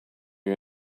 you